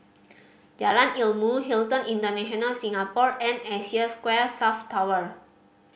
Jalan Ilmu Hilton International Singapore and Asia Square South Tower